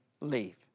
leave